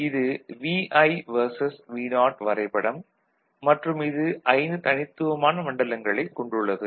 இது Vi versus Vo வரைபடம் மற்றும் இது 5 தனித்துவமான மண்டலங்களைக் கொண்டுள்ளது